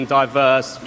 diverse